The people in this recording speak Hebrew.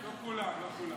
לא כולם.